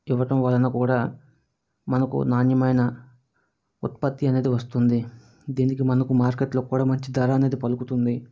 ఇవ్వటం వలన కూడా మనకు నాణ్యమైన ఉత్పత్తి అనేది వస్తుంది దీనికి మనకి మార్కెట్లో కూడా మంచి ధర అనేది పలుకుతుంది